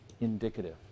indicative